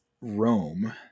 Rome